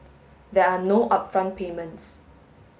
there are no upfront payments